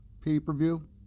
pay-per-view